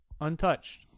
untouched